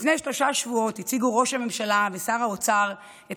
לפני שלושה שבועות הציגו ראש הממשלה ושר האוצר את